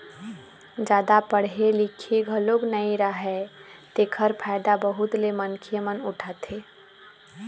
जादा पड़हे लिखे घलोक नइ राहय तेखर फायदा बहुत ले मनखे मन उठाथे